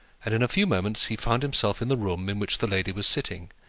and in a few moments he found himself in the room in which the lady was sitting,